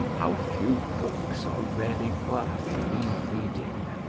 how few books are really worth re-reading,